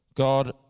God